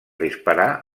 disparar